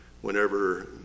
whenever